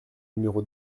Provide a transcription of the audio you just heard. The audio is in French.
numéro